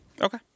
Okay